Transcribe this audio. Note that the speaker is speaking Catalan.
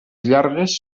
llargues